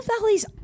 Valley's